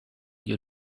your